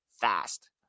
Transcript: fast